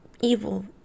evil